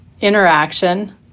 interaction